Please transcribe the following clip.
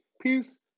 Peace